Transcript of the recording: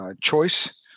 choice